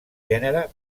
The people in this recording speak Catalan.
gènere